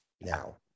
now